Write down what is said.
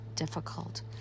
difficult